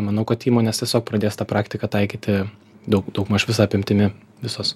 manau kad įmonės tiesiog pradės tą praktiką taikyti daug daugmaž visa apimtimi visos